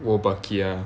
wolbachia